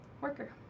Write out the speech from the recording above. worker